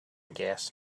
gas